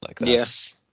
yes